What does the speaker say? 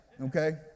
okay